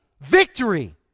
Victory